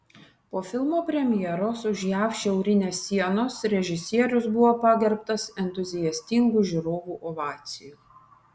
po filmo premjeros už jav šiaurinės sienos režisierius buvo pagerbtas entuziastingų žiūrovų ovacijų